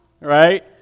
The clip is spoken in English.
right